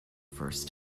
first